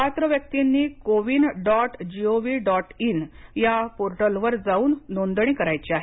पात्र व्यक्तिनी CoWIN dot G O V dot in या पोर्टलवर जाऊन नोंदणी करायची आहे